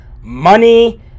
money